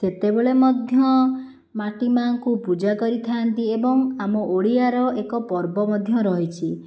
ସେତେବେଳେ ମଧ୍ୟ ମାଟି ମାଁ ଙ୍କୁ ପୂଜା କରିଥାନ୍ତି ଏବଂ ଆମ ଓଡ଼ିଆର ଏକ ପର୍ବ ମଧ୍ୟ ରହିଛି